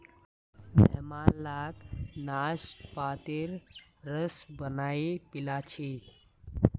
मेहमान लाक नाशपातीर रस बनइ पीला छिकि